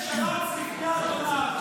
עבד שרץ לפני אדוניו.